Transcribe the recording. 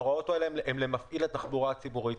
לעניין פסקה (1) להגדרת "תחנת תחבורה יבשתית"